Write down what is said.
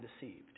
deceived